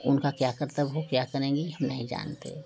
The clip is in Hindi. उनका क्या कर्तव्य है क्या करेंगी ये हम नहीं जानते